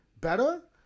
better